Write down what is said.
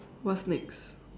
what's next